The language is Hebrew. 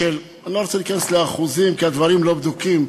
אני לא רוצה להיכנס לאחוזים כי הדברים לא בדוקים,